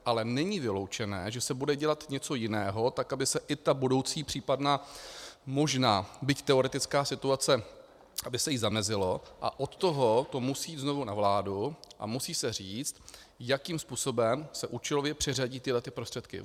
Ale není vyloučené, že se bude dělat něco jiného, tak aby se i té budoucí případné, možné, byť teoretické situaci, aby se jí zamezilo, a od toho to musí znovu na vládu a musí se říct, jakým způsobem se účelově přiřadí tyhle ty prostředky.